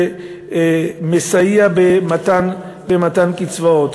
בסיוע במתן קצבאות.